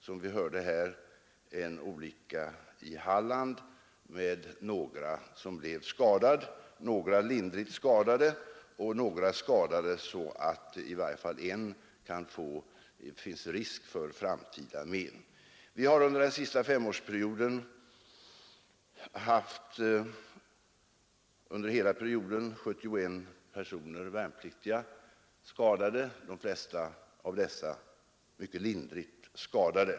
Som vi hörde här, skedde en olycka i Halland där några blev lindrigt skadade och några allvarligare — för i varje fall en finns det risk för framtida men. Under hela den senaste femårsperioden har 71 värnpliktiga skadats, de flesta av dessa mycket lindrigt.